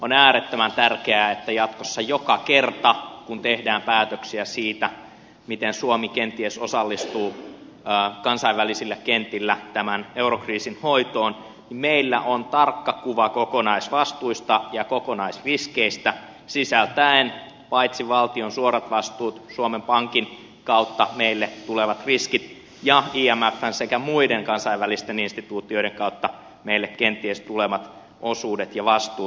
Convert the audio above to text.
on äärettömän tärkeää että jatkossa joka kerta kun tehdään päätöksiä siitä miten suomi kenties osallistuu kansainvälisillä kentillä tämän eurokriisin hoitoon meillä on tarkka kuva kokonaisvastuista ja kokonaisriskeistä sisältäen paitsi valtion suorat vastuut myös suomen pankin kautta meille tulevat riskit ja imfn sekä muiden kansainvälisten instituutioiden kautta meille kenties tulevat osuudet ja vastuut